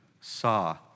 saw